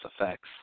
effects